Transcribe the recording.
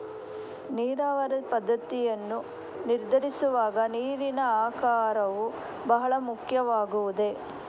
ನೀರಾವರಿ ಪದ್ದತಿಯನ್ನು ನಿರ್ಧರಿಸುವಾಗ ನೀರಿನ ಆಕಾರವು ಬಹಳ ಮುಖ್ಯವಾಗುವುದೇ?